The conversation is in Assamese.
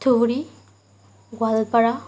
ধুবুৰী গোৱালপাৰা